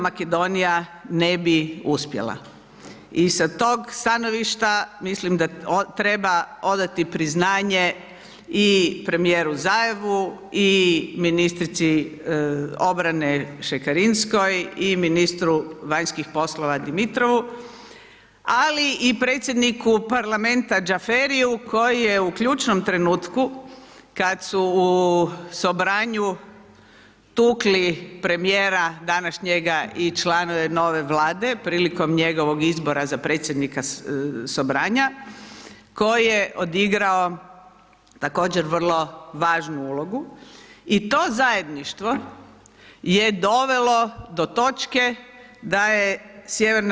Makedonija ne bi uspjela i sa tog stanovišta mislim da treba odati priznanje i premijeru Zajevu i ministrici obrane Šekerinskoj i ministru vanjskih poslova Dimitrovu, ali i predsjedniku parlamenta Xhaferiju koji je u ključnom trenutku kad su u Sobranieu tukli premijera, današnjega i člana nove Vlade prilikom njegova izbora za predsjednika Sobraniea, koji je odigrao također vrlo važnu ulogu i to zajedništvo je dovelo do točke da je Sj.